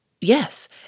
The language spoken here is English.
Yes